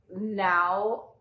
now